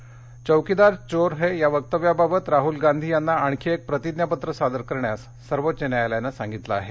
राहल गांधी चौकीदार चोर है या वक्तव्याबाबत राहुल गांधी यांना आणखी एक प्रतिज्ञापत्र सादर करण्यास सर्वोच्च न्यायालयानं सांगितलं आहे